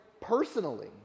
personally